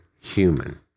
human